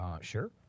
sure